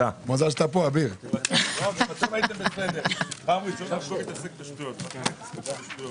הישיבה ננעלה בשעה 10:56.